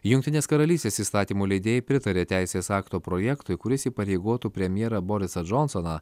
jungtinės karalystės įstatymų leidėjai pritarė teisės akto projektui kuris įpareigotų premjerą borisą džonsoną